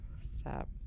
Stop